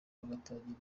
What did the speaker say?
bagatangira